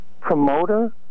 promoter